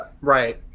Right